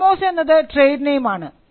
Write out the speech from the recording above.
thermos എന്നത് trade name ആണ്